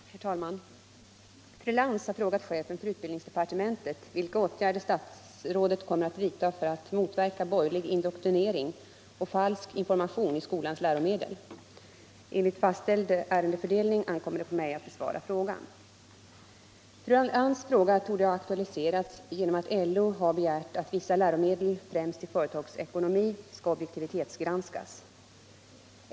Herr talman! Fru Lantz har frågat chefen för utbildningsdepartementet vilka åtgärder statsrådet kommer att vidta för att motverka borgerlig indoktrinering och falsk information i skolans läromedel. Enligt fastställd ärendefördelning ankommer det på mig att besvara frågan. Fru Lantz fråga torde ha aktualiserats genom att LO har begärt att vissa läromedel, främst i företagsekonomi, skall objektivitetsgranskas.